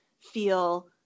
feel